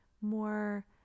more